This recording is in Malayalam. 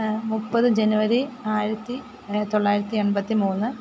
മുപ്പത് ജനുവരി ആയിരത്തി തൊള്ളായിരത്തി എൺപത്തിമൂന്ന്